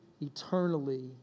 eternally